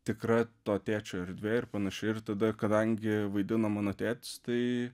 tikra to tėčio erdvė ir panašiai ir tada kadangi vaidina mano tėtis tai